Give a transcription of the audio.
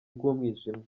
bw’umwijima